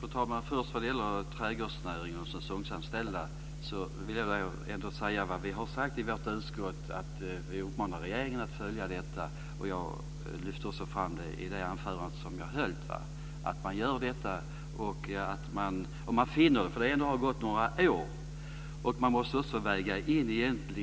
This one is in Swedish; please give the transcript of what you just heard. Fru talman! Vad först gäller trädgårdsnäringen och säsongsanställda vill jag säga vad vi har sagt i vårt utskott, att vi uppmanar regeringen att följa detta. Jag lyfte också fram i det anförande som jag höll att man gör detta. Det har gått några år, och man måste också väga in detta